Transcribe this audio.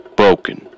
broken